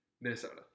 Minnesota